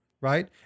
right